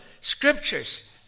scriptures